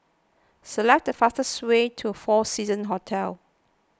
select the fastest way to four Seasons Hotel